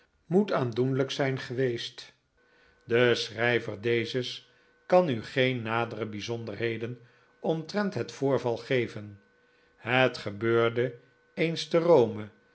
moet aandoenlijk zijn geweest de schrijver dezes kan u geen nadere bijzonderheden omtrent het voorval geven het gebeurde eens te rome